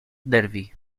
derby